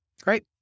Great